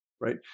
right